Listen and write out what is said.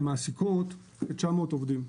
הן מעסיקות 900 עובדים.